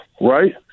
right